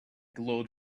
glowed